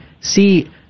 see